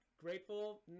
grateful